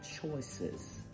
choices